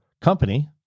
company